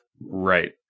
Right